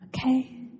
Okay